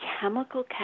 chemical